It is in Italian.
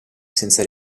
senza